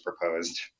proposed